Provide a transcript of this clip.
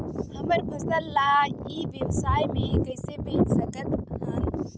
हमर फसल ल ई व्यवसाय मे कइसे बेच सकत हन?